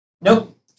Nope